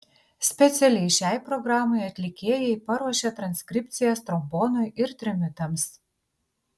specialiai šiai programai atlikėjai paruošė transkripcijas trombonui ir trimitams